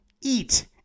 eat